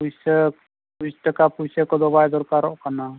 ᱯᱩᱭᱥᱟᱹ ᱯᱩᱭᱥᱟᱹ ᱴᱟᱠᱟ ᱯᱩᱭᱥᱟᱹ ᱠᱚᱫᱚ ᱵᱟᱭ ᱫᱚᱨᱠᱟᱨᱚᱜ ᱠᱟᱱᱟ